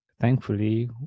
thankfully